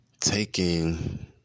Taking